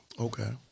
Okay